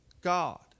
God